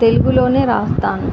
తెలుగులోనే వ్రాస్తాను